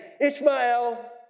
Ishmael